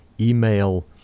email